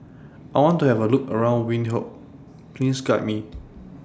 I want to Have A Look around Windhoek Please Guide Me